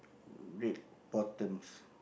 red bottoms